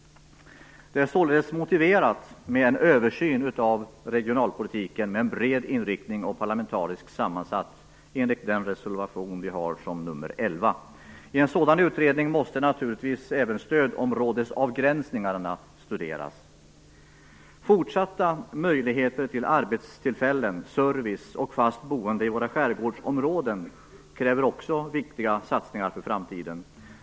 Det är således motiverat med en parlamentariskt sammansatt översyn av regionalpolitiken med en bred inriktning enligt reservation nr 11. I en sådan utredning måste naturligtvis även stödområdesavgränsningarna studeras. Fortsatta möjligheter till arbetstillfällen, service och fast boende i våra skärgårdsområden kräver också viktiga satsningar för framtiden.